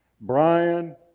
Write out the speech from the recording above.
Brian